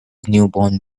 newborn